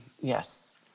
yes